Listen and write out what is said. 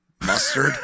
mustard